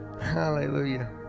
Hallelujah